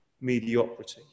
mediocrity